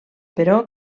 però